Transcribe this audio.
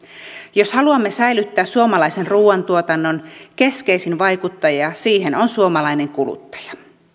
jos haluamme säilyttää suomalaisen ruuantuotannon keskeisin vaikuttaja siihen on suomalainen kuluttaja